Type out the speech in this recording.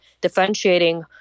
differentiating